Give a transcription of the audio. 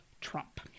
Trump